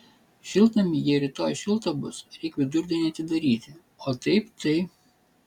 šiltnamį jei rytoj šilta bus reik vidurdienį atidaryti o taip tai